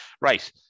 right